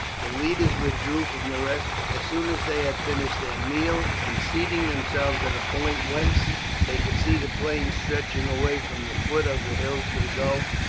the leaders withdrew from the rest as soon as they had finished their meal, and seating themselves at a point whence they could see the plains stretching away from the foot of the hills to the gulf,